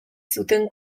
zuten